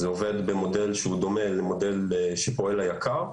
וזה עובד במודל, שדומה למודל שפועל בו היק"ר.